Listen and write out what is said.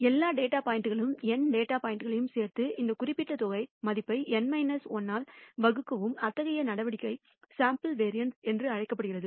எல்லா டேட்டா பாயிண்ட்களையும் n data பாயிண்ட்களையும் சேர்த்து இந்த குறிப்பிட்ட தொகை மதிப்பை N 1 ஆல் வகுக்கவும் அத்தகைய நடவடிக்கை சேம்பிள் வேரியன்ஸ் என்று அழைக்கப்படுகிறது